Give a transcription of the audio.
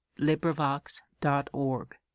LibriVox.org